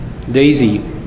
DAISY